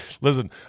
Listen